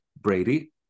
Brady